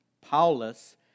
Paulus